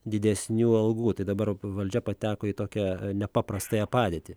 didesnių algų tai dabar valdžia pateko į tokią nepaprastąją padėtį